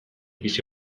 bizi